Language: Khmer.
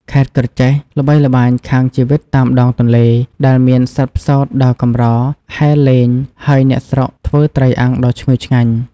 ខេត្តក្រចេះល្បីល្បាញខាងជីវិតតាមដងទន្លេ ដែលមានសត្វផ្សោតដ៏កម្រហែលលេង ហើយអ្នកស្រុកធ្វើត្រីអាំងដ៏ឈ្ងុយឆ្ងាញ់។